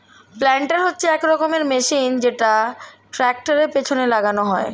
planter হচ্ছে এক রকমের মেশিন যেটা ট্র্যাক্টরের পেছনে লাগানো হয়